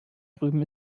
drüben